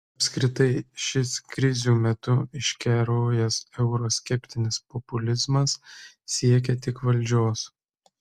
apskritai šis krizių metu iškerojęs euroskeptinis populizmas siekia tik valdžios